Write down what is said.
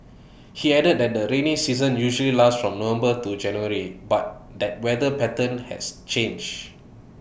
he added that the rainy season usually lasts from November to January but that weather patterns has changed